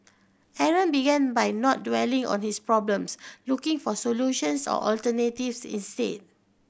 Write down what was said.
Aaron began by not dwelling on his problems looking for solutions or alternatives instead